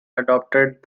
adopted